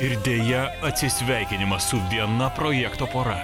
ir deja atsisveikinimas su viena projekto pora